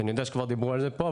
אני יודע שכבר דיברו על זה פה,